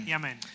amen